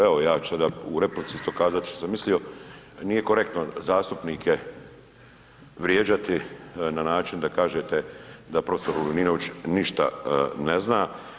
Evo ja ću sada u replici isto kazat što sam mislio, nije korektno zastupnike vrijeđati na način da kažete da prof. Lovrinović ništa ne zna.